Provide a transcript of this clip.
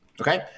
Okay